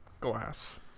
glass